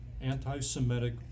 Anti-Semitic